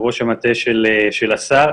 ראש המטה של השר,